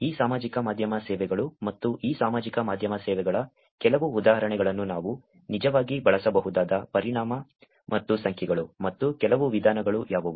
ಈ ಸಾಮಾಜಿಕ ಮಾಧ್ಯಮ ಸೇವೆಗಳು ಮತ್ತು ಈ ಸಾಮಾಜಿಕ ಮಾಧ್ಯಮ ಸೇವೆಗಳ ಕೆಲವು ಉದಾಹರಣೆಗಳನ್ನು ನಾವು ನಿಜವಾಗಿ ಬಳಸಬಹುದಾದ ಪರಿಣಾಮ ಮತ್ತು ಸಂಖ್ಯೆಗಳು ಮತ್ತು ಕೆಲವು ವಿಧಾನಗಳು ಯಾವುವು